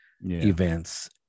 events